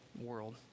world